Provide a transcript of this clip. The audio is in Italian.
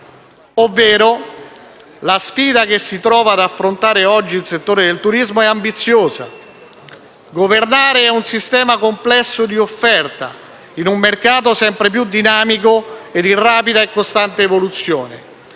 Ovvero, la sfida che si trova ad affrontare oggi il settore del turismo è ambiziosa: governare un sistema complesso di offerta in un mercato sempre più dinamico e in rapida e costante evoluzione,